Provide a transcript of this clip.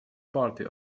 party